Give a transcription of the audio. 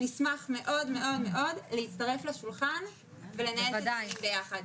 נשמח מאוד להצטרף לשולחן ולנהל דיונים ביחד.